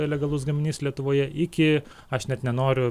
legalus gaminys lietuvoje iki aš net nenoriu